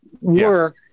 work